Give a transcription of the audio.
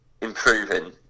improving